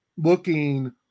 looking